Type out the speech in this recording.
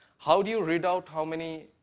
how do you read out how many